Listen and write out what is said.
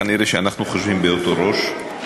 כנראה שאנחנו חושבים באותו ראש,